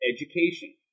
Education